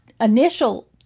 initial